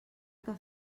que